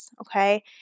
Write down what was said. okay